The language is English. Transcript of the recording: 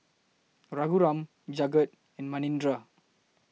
Raghuram Jagat and Manindra